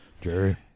Jerry